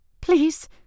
Please